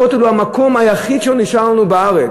הכותל הוא המקום היחיד שנשאר לנו בארץ,